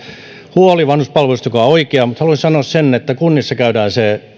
huoli vanhuspalveluista on oikea mutta haluaisin sanoa sen että kunnissa käydään